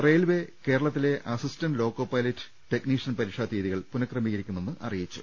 railway കേരളത്തിലെ assistant loco pilot technician പരീക്ഷാ തീയതികൾ പുനഃക്രമീകരിക്കുമെന്ന് അറിയിച്ചു